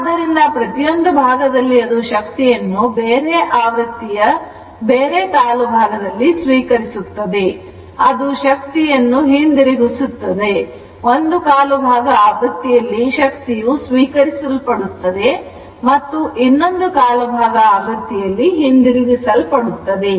ಆದ್ದರಿಂದ ಈ ಪ್ರತಿಯೊಂದು ಭಾಗದಲ್ಲಿ ಅದು ಶಕ್ತಿಯನ್ನು ಬೇರೆ ಆವೃತ್ತಿಯ ಬೇರೆ ಕಾಲುಭಾಗದಲ್ಲಿ ಸ್ವೀಕರಿಸುತ್ತಿದೆ ಅದು ಶಕ್ತಿಯನ್ನು ಎನಿಸುತ್ತದೆ ಹಿಂದಿರುಗಿಸುತ್ತದೆ ಒಂದು ಕಾಲು ಭಾಗ ಆವೃತ್ತಿಯಲ್ಲಿ ಶಕ್ತಿಯು ಸ್ವೀಕರಿಸಲ್ಪಡುತ್ತದೆ ಮತ್ತು ಇನ್ನೊಂದು ಕಾಲು ಭಾಗ ಆವೃತ್ತಿಯಲ್ಲಿ ಹಿಂದಿರುಗಿಸಲ್ಪಡುತ್ತದೆ